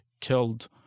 killed